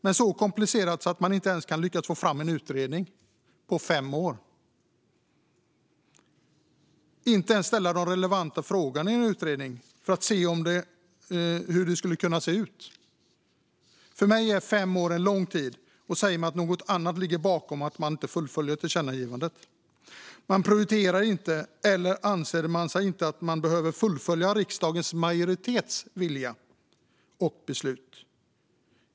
Men är det så komplicerat att man inte ens kan lyckas få fram en utredning på fem år? Man kan inte ens ställa de relevanta frågorna i en utredning för att se hur detta skulle kunna se ut. För mig är fem år en lång tid, och det här säger mig att något annat ligger bakom att regeringen inte fullföljer tillkännagivandet. Man prioriterar inte, eller man anser sig inte behöva fullfölja, riksdagens majoritets vilja och beslut.